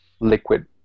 liquid